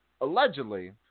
allegedly